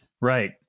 Right